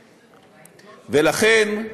ולכן,